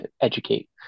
educate